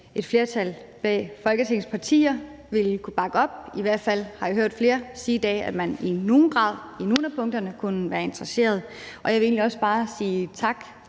et flertal af Folketingets partier vil kunne bakke op. I hvert fald har jeg hørt flere sige i dag, at man i nogen grad i nogle af punkterne kunne være interesserede, og jeg vil egentlig også bare sige tak